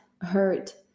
hurt